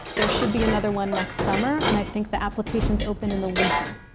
there should be another one next summer. and i think the applications open in the winter.